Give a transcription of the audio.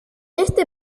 este